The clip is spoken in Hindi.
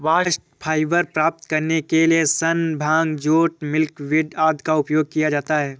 बास्ट फाइबर प्राप्त करने के लिए सन, भांग, जूट, मिल्कवीड आदि का उपयोग किया जाता है